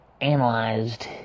analyzed